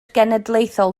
genedlaethol